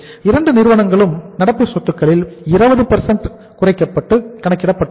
இரண்டு நிறுவனங்களுக்கும் நடப்பு சொத்துக்களில் 20 குறைக்கப்பட்டு கணக்கிடப்பட்டுள்ளது